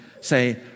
say